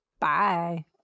Bye